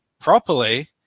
properly